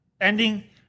ending